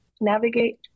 navigate